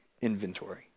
inventory